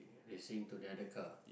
racing to the other car